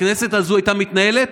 הכנסת הזו הייתה מתנהלת.